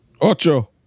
Ocho